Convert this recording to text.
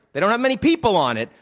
they don't have many people on it,